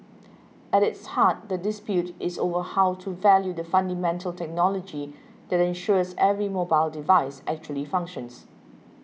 at its heart the dispute is over how to value the fundamental technology that ensures every mobile device actually functions